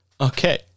Okay